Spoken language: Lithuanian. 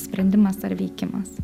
sprendimas ar veikimas